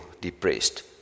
depressed